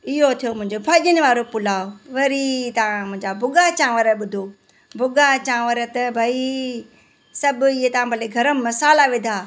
इहो थियो मुंहिंजो भाॼीनि वारो पुलाउ वरी तव्हां मुंहिंजा भुॻा चांवर ॿुधो भुॻा चांवर त भई सभु इहे तव्हां भले गरम मसाला विधा